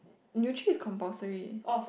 nutri is compulsory